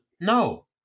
No